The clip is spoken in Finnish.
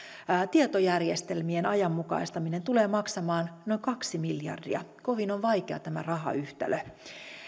tietojärjestelmien ajanmukaistaminen tulee maksamaan noin kaksi miljardia kovin on vaikea tämä rahayhtälö